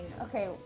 Okay